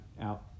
out